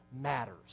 matters